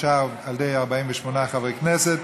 אושר על ידי 48 חברי כנסת,